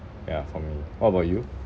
ya for me what about you